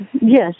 Yes